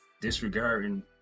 Disregarding